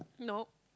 nope